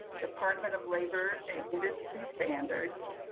department of labor and industry standards,